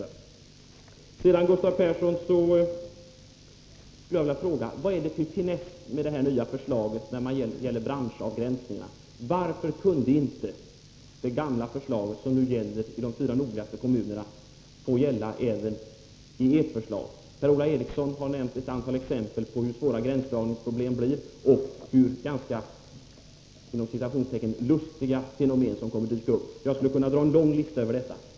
Jag skulle vilja fråga Gustav Persson vad det är för finess med det nya förslaget när det gäller branschavgränsningar. Varför kunde inte det gamla förslaget, som nu gäller i de fyra nordligaste kommunerna, få gälla även i ert förslag? Per-Ola Eriksson har nämnt ett antal exempel på hur svåra avgränsningsproblemen blir och hur rätt ”lustiga” fenomen kommer att dyka upp. Jag skulle kunna ta upp en lång lista över sådant.